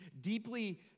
deeply